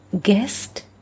guest